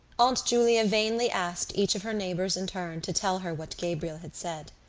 aunt julia vainly asked each of her neighbours in turn to tell her what gabriel had said.